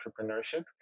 entrepreneurship